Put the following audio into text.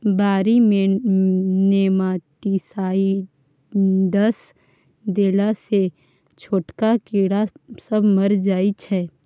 बारी मे नेमाटीसाइडस देला सँ छोटका कीड़ा सब मरि जाइ छै